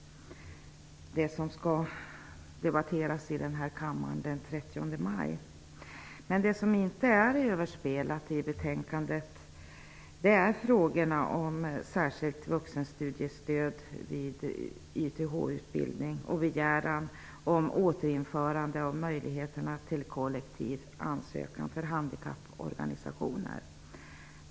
Den propositionen skall debatteras i kammaren den 30 Det som inte är överspelat i betänkandet är frågorna om särskilt vuxenstudiestöd vid YTH utbildning och begäran om återinförande av möjligheten till kollektiv ansökan för handikapporganisationer.